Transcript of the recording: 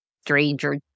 stranger